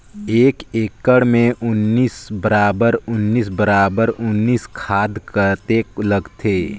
एक एकड़ मे उन्नीस बराबर उन्नीस बराबर उन्नीस खाद कतेक लगथे?